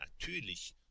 natürlich